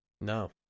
No